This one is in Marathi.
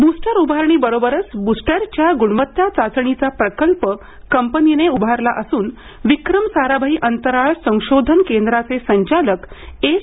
बूस्टर उभारणीबरोबरच बूस्टरच्या गुणवत्ता चाचणीचा प्रकल्प कंपनीने उभारला असून विक्रम साराभाई अंतराळ संशोधन केंद्राचे संचालक एस